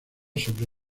sobre